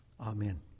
Amen